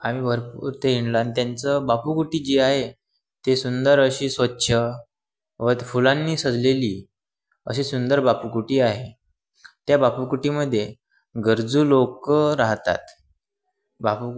आम्ही भरपूर ते हिणलो आणि त्यांचं बापू कुटी जी आहे ते सुंदर अशी स्वच्छ व फुलांनी सजलेली अशी सुंदर बापू कुटी आहे त्या बापू कुटीमध्ये गरजू लोक राहतात बापू